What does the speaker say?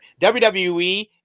WWE